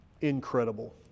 incredible